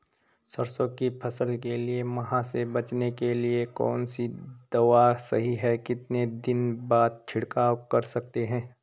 सरसों की फसल के लिए माह से बचने के लिए कौन सी दवा सही है कितने दिन बाद छिड़काव कर सकते हैं?